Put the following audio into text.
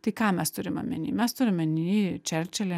tai ką mes turim omeny mes turim omeny čerčilį